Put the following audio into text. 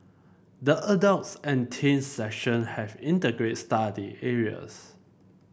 the adults and teens section have integrate study areas